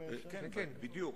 בדיוק.